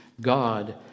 God